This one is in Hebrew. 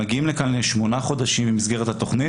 הם מגיעים לכאן לשמונה חודשים במסגרת התכנית,